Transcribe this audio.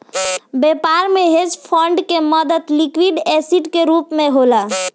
व्यापार में hedge fund के मदद लिक्विड एसिड के रूप होला